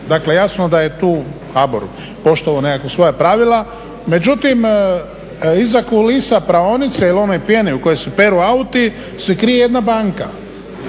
dakle jasno da je tu HBOR poštovao neka svoja pravila, međutim iza kulisa praonice ili one pjene u kojoj se peru auti se krije jedna banka.